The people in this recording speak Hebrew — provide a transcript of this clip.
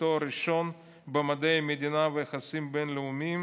לתואר ראשון במדעי המדינה ויחסים בין-לאומיים,